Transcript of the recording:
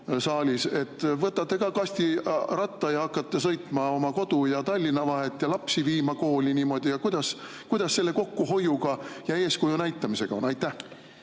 saalis. Võtate ka kastiratta ja hakkate sõitma oma kodu ja Tallinna vahet ja lapsi viima kooli niimoodi. Kuidas selle kokkuhoiuga ja eeskuju näitamisega on? Aitäh!